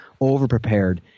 overprepared